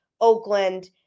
Oakland